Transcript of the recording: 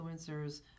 influencers